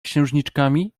księżniczkami